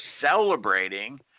celebrating